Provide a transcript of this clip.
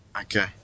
Okay